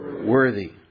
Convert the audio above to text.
worthy